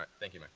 thank you, mayor.